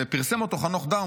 ופרסם אותו חנוך דאום,